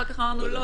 אחר כך אמרנו: לא,